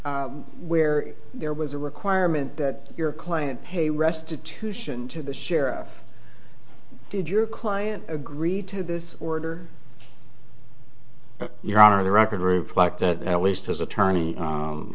court where there was a requirement that your claim pay restitution to the sheriff did your client agree to this order your honor the record reflect that at least his attorney